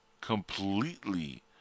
completely